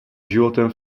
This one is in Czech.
životem